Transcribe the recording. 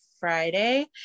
friday